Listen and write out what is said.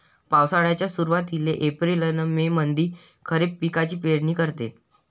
पावसाळ्याच्या सुरुवातीले एप्रिल अन मे मंधी खरीप पिकाची पेरनी करते